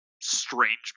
strange